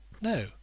No